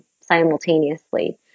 simultaneously